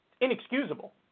Inexcusable